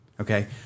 Okay